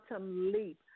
leap